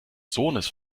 sohnes